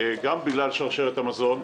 גם בגלל שרשרת המזון,